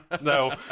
No